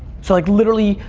so like literally,